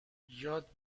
یاد